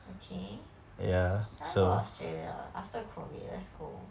okay I want go Australia after COVID let's go